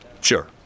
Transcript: Sure